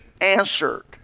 answered